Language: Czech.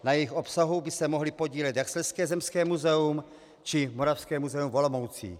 Na jejich obsahu by se mohly podílet jak Slezské zemské muzeum, či Moravské muzeum v Olomouci.